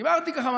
דיברתי ככה,